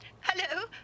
Hello